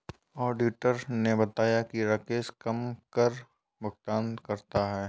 auditor ने बताया कि राकेश कम कर भुगतान करता है